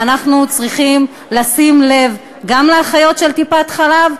ואנחנו צריכים לשים לב גם לאחיות טיפות-החלב,